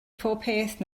popeth